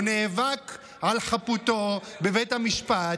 הוא נאבק על חפותו בבית המשפט,